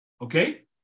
Okay